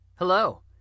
Hello